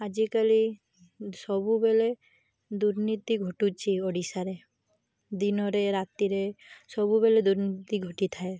ଆଜିକାଲି ସବୁବେଳେ ଦୁର୍ନୀତି ଘଟୁଛି ଓଡ଼ିଶାରେ ଦିନରେ ରାତିରେ ସବୁବେଳେ ଦୁର୍ନୀତି ଘଟିଥାଏ